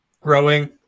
growing